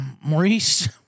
Maurice